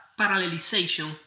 parallelization